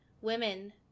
women